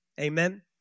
Amen